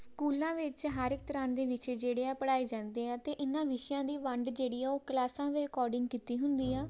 ਸਕੂਲਾਂ ਵਿੱਚ ਹਰ ਇੱਕ ਤਰ੍ਹਾਂ ਦੇ ਵਿਸ਼ੇ ਜਿਹੜੇ ਆ ਪੜ੍ਹਾਏ ਜਾਂਦੇ ਆ ਅਤੇ ਇਹਨਾਂ ਵਿਸ਼ਿਆਂ ਦੀ ਵੰਡ ਜਿਹੜੀ ਹੈ ਉਹ ਕਲਾਸਾਂ ਦੇ ਅਕੋਰਡਿੰਗ ਕੀਤੀ ਹੁੰਦੀ ਹੈ